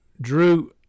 Drew